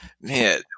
man